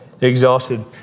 exhausted